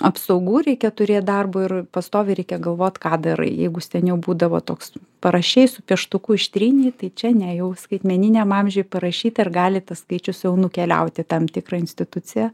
apsaugų reikia turėt darbui ir pastoviai reikia galvot ką darai jeigu seniau būdavo toks parašei su pieštuku ištrynei tai čia ne jau skaitmeniniam amžiuj parašyta ir gali tas skaičius jau nukeliauti į tam tikrą instituciją